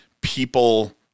people